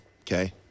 okay